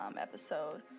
episode